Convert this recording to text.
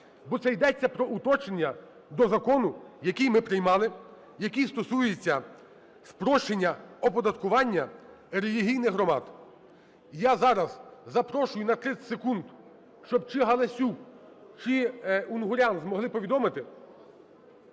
бо це йдеться по уточнення до закону, який ми приймали, який стосується спрощення оподаткування релігійних громад. Я зараз запрошую на 30 секунд, щоб чиГаласюк, чи Унгурян змогли повідомити.